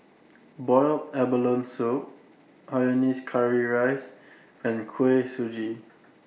boiled abalone Soup Hainanese Curry Rice and Kuih Suji